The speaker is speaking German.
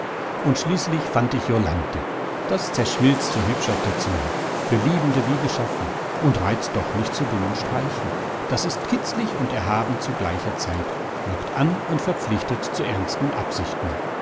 und schließlich fand ich jolanthe das zerschmilzt so hübsch auf der zunge für liebende wie geschaffen und reizt doch nicht zu dummen streichen das ist kitzlig und erhaben zu gleicher zeit lockt an und verpflichtet zu ernsten absichten